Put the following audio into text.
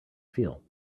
feel